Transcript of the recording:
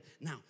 Now